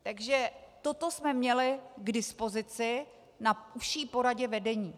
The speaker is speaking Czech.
Takže toto jsme měli k dispozici na užší poradě vedení.